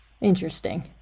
Interesting